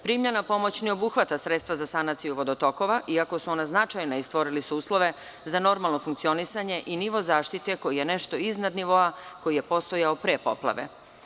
Primljena pomoć ne obuhvata sredstva za sanaciju vodotokova, iako su ona značajna i stvorila su uslove za normalno funkcionisanje i nivo zaštite koji je nešto iznad nivoa koji je postojao pre poplave.